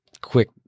quick